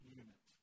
unit